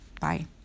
Bye